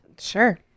Sure